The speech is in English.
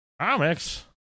comics